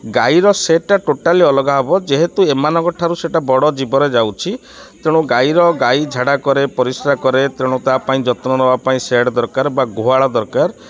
ଗାଈର ସେଡ଼୍ଟା ଟୋଟାଲି ଅଲଗା ହବ ଯେହେତୁ ଏମାନଙ୍କ ଠାରୁ ସେଇଟା ବଡ଼ ଜୀବରେ ଯାଉଛି ତେଣୁ ଗାଈର ଗାଈ ଝାଡ଼ା କରେ ପରିଶ୍ରମ କରେ ତେଣୁ ତା ପାଇଁ ଯତ୍ନ ନବା ପାଇଁ ସେଡ଼୍ ଦରକାର ବା ଗୁହାଳ ଦରକାର